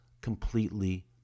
completely